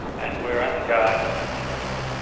and we're unguarded, unfocused.